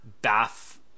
bath